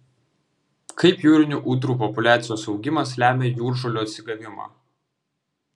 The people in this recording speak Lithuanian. kaip jūrinių ūdrų populiacijos augimas lemia jūržolių atsigavimą